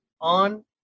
on